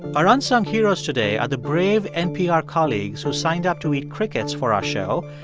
our unsung heroes today are the brave npr colleagues who signed up to eat crickets for our show.